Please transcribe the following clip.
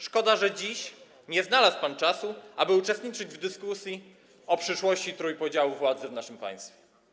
Szkoda, że dziś nie znalazł pan czasu, aby uczestniczyć w dyskusji o przyszłości trójpodziału władzy w naszym państwie.